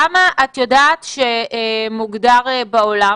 כמה את יודעת שמוגדר בעולם?